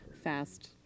Fast